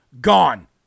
gone